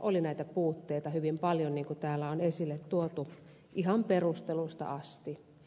oli näitä puutteita hyvin paljon niin kuin täällä on esille tuotu ihan perusteluista asti